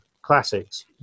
classics